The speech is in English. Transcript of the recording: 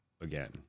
again